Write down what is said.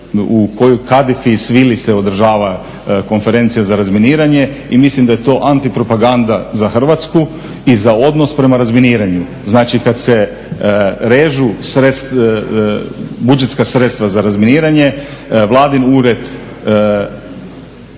u kojoj kadifi i svili se održava Konferencija za razminiranje i mislim da je to anti propaganda za Hrvatsku i za odnos prema razminiranju. Znači, kad se režu budžetska sredstva za razminiranje Vladin ured